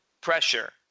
pressure